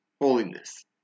Holiness